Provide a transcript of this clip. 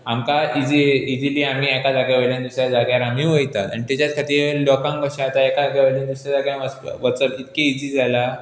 आमकां easy easily आमी एका जाग्या वयल्यान दुसऱ्या जाग्यार आमी वतात आनी ताच्याच खातीर लोकांक कशें जाता एका जाग्या वयल्यान दुसऱ्या जाग्यार वचप वचप इतकें इजी जालां